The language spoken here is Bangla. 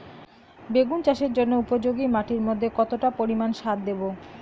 বেগুন চাষের জন্য উপযোগী মাটির মধ্যে কতটা পরিমান সার দেব?